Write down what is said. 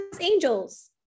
angels